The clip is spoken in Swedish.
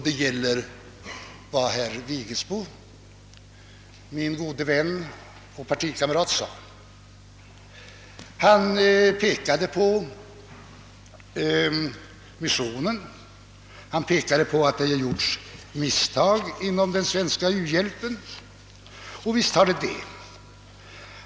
Det gäller vad herr Vigelsbo, min gode vän och partikamrat, sade. Han pekade på att det gjorts misstag inom den svenska u-hjälpen. Och visst är det så!